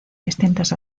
distintas